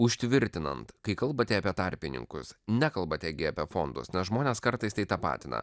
užtvirtinant kai kalbate apie tarpininkus nekalbate apie fondus nes žmonės kartais tai tapatina